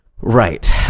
Right